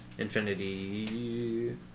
Infinity